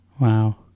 Wow